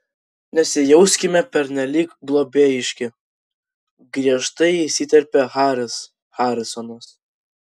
nesijauskime pernelyg globėjiški griežtai įsiterpė haris harisonas